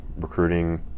recruiting